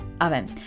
oven